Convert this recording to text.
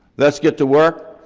let's get to work.